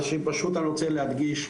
מה שאני רוצה להדגיש,